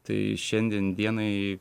tai šiandien dienai